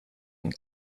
and